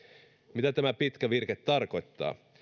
mitä tämä pitkä virke tarkoittaa